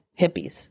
hippies